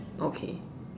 okay